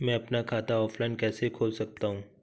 मैं अपना खाता ऑफलाइन कैसे खोल सकता हूँ?